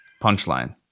punchline